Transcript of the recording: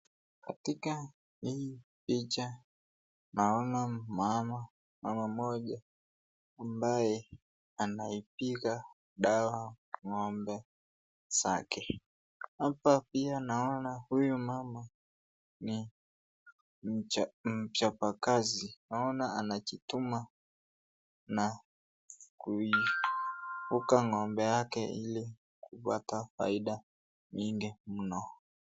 Katika hii picha tunaona mama mmoja ambaye anaipiga dawa ng'ombe zake. Hapa pia naona huyu mama ni mchapa kazi. Naona anajituma na kuipuka ng'ombe yake ili kupata faida nyingi mno.